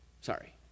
sorry